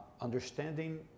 understanding